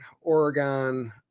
Oregon